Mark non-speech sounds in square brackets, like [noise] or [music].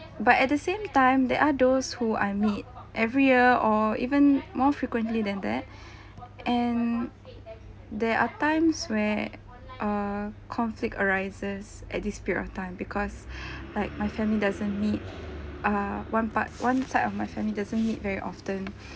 but at the same time there are those who I meet every year or even more frequently than that [breath] and there are times where err conflict arises at this period of time because [breath] like my family doesn't meet err one part one side of my family doesn't meet very often